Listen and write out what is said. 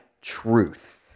Truth